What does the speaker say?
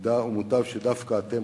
ומוטב שדווקא אתם,